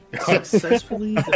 Successfully